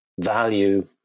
value